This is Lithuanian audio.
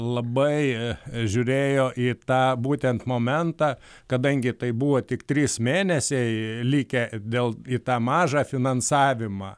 labai žiūrėjo į tą būtent momentą kadangi tai buvo tik trys mėnesiai likę dėl į tą mažą finansavimą